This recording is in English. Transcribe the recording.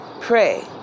pray